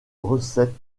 recette